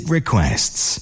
requests